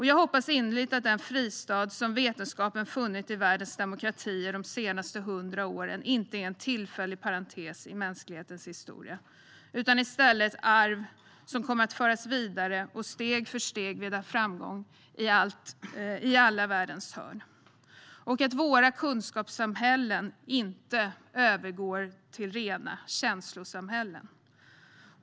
Jag hoppas innerligt att den fristad som vetenskapen funnit i världens demokratier de senaste 100 åren inte är en tillfällig parentes i mänsklighetens historia, utan i stället ett arv som kommer att föras vidare och steg för steg vinna framgång i världens alla hörn, liksom att våra kunskapssamhällen inte övergår till rena känslosamhällen.